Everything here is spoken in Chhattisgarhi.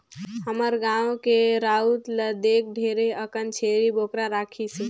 हमर गाँव के राउत ल देख ढेरे अकन छेरी बोकरा राखिसे